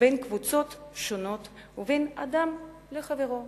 בין קבוצות שונות ובין אדם לחברו.